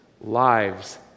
lives